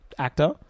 Actor